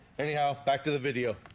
anyhow back to the video